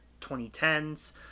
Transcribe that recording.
2010s